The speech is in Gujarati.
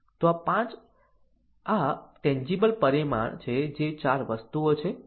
તો આ ટેન્જીબલ પરિમાણ છે જે 4 વસ્તુઓ છે